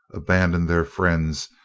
abandon their friends,